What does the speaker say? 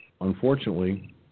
unfortunately